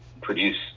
produce